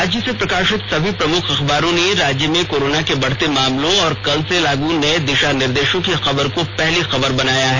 राज्य से प्रकाशित सभी प्रमुख अखबारों ने राज्य में कोरोना के बढ़ते मामलों और कल से लागू नये दिशा निर्देशों की खबर को पहली खबर बनाया है